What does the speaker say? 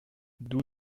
d’où